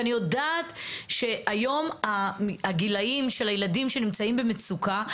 אני יודעת שהיום הגילאים של הילדים שנמצאים במצוקה